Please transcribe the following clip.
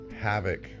havoc